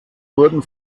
wurden